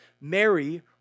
Mary